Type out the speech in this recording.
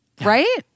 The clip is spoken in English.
Right